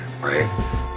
right